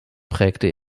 prägte